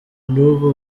n’ubu